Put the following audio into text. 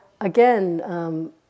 again